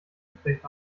geflecht